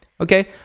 okay?